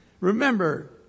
Remember